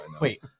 Wait